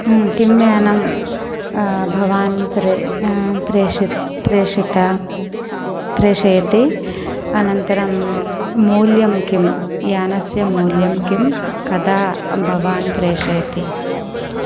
किं यानं भवान् प्रे प्रेषत् प्रेषिता प्रेषयति अनन्तरं मूल्यं किं यानस्य मूल्यं किं कदा भवान् प्रेषयति